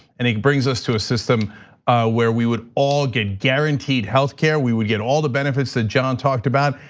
and it brings us to a system where we would all get guaranteed health care, we would get all the benefits that john talked about,